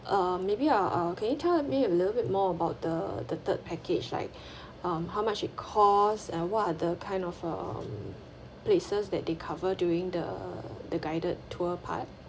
uh maybe uh uh can you tell me a little bit more about the the third package like um how much it costs and what are the kind of um places that they cover during the the guided tour part